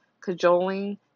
cajoling